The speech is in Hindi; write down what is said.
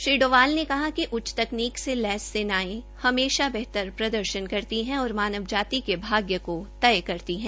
श्री डोभाल ने कहा कि उच्च तकनीक से लैस सेनायें हमेशा बेहतर प्रदर्शन करती है और मानव जाति के भाग्य को तय करती है